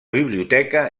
biblioteca